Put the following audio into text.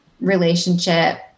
relationship